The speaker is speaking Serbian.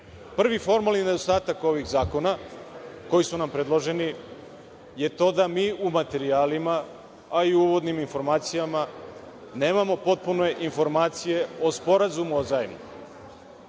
formalni nedostatak ovih zakona, koji su nam predloženi, je to da mi u materijalima, a i u uvodnim informacijama, nemamo potpune informacije o sporazumu o zajmu.